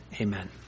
amen